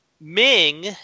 Ming